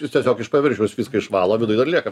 jis tiesiog iš paviršiaus viską išvalo o viduj dar lieka